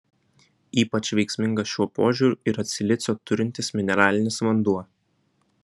ypač veiksmingas šiuo požiūriu yra silicio turintis mineralinis vanduo